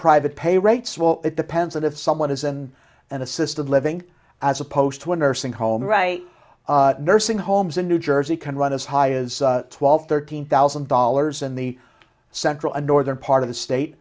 private pay rates well it depends on if someone isn't an assisted living as opposed to a nursing home right nursing homes in new jersey can run as high as twelve thirteen thousand dollars in the central and northern part of the state